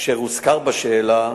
אשר הוזכר בשאלה,